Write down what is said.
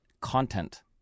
content